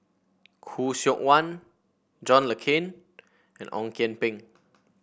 Khoo Seok Wan John Le Cain and Ong Kian Peng